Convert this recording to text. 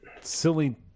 silly